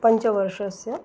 पञ्चवर्षस्य